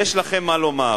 יש לכם מה לומר.